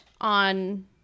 on